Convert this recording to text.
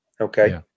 okay